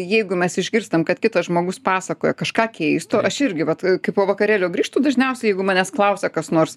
jeigu mes išgirstam kad kitas žmogus pasakoja kažką keisto aš irgi vat kai po vakarėlio grįžtu dažniausiai jeigu manęs klausia kas nors